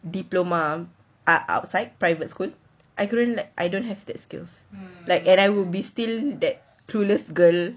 diploma ah outside private school I couldn't I don't have that skills like and I would be still that clueless girl